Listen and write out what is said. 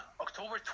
October